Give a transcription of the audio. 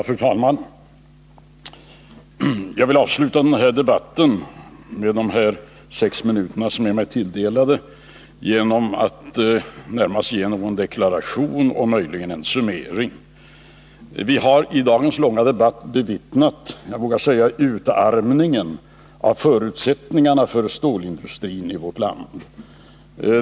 Fru talman! Jag vill avsluta den här debatten genom att under de sex minuter som är mig tilldelade närmast ge en deklaration och möjligen en summering. Vi har i dagens långa debatt bevittnat utarmningen, vågar jag säga, av förutsättningarna för stålindustrin i vårt land.